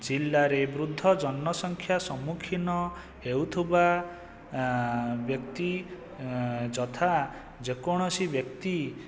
ଜିଲ୍ଲାରେ ବୃଦ୍ଧ ଜନସଂଖ୍ୟା ସମ୍ମୁଖୀନ ହେଉଥିବା ବ୍ୟକ୍ତି ଯଥା ଯେକୌଣସି ବ୍ୟକ୍ତି